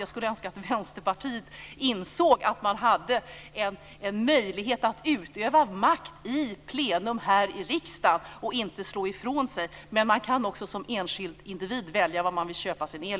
Jag skulle önska att Vänsterpartiet insåg att man har möjlighet att utöva makt i plenum här i riksdagen och inte slog ifrån sig. Men man kan också som enskild individ välja varifrån man vill köpa sin el.